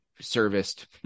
serviced